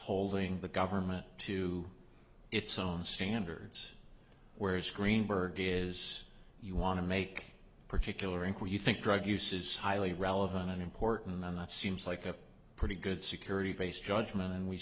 holding the government to its own standards whereas greenberg is you want to make particular ink where you think drug use is highly relevant and important and that seems like a pretty good security based judgment and we